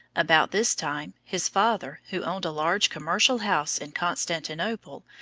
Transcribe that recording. about this time, his father, who owned a large commercial house in constantinople,